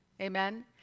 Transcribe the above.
Amen